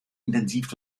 intensiv